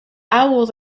owls